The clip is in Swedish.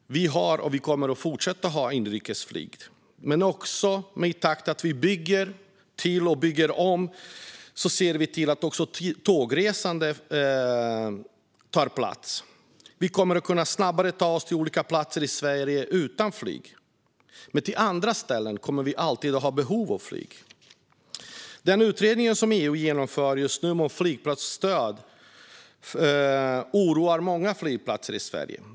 Vi har och kommer att fortsätta ha inrikesflyg, men i takt med att vi bygger till och bygger om ser vi till att också tågresande tar plats. Vi kommer att snabbare kunna ta oss till olika platser i Sverige utan flyg, men till andra ställen kommer vi alltid att ha behov av flyg. Den utredning som EU genomför just nu om flygplatsstöd oroar många flygplatser i Sverige.